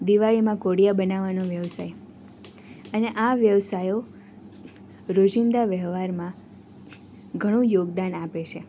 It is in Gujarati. દિવાળીમાં કોડિયા બનવાનો વ્યવસાય અને આ વ્યવસાયો રોજિંદા વ્યવહારમાં ઘણું યોગદાન આપે છે